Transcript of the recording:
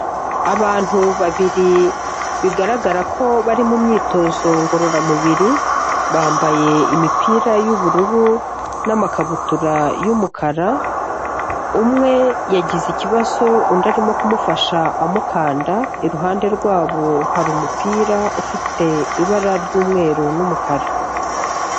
Abantu babiri bigaragara ko bari mu myitozo ngororamubiri, bambaye imipira y'ubururu n'makabutura y'umukara, umwe yagize ikibazo undi arimo kumufasha amukanda, iruhande rwabo hari umupira ufite ibara ry'umweru n'umukara.